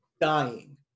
dying